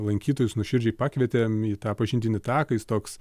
lankytojus nuoširdžiai pakvietėm į tą pažintinį taką jis toks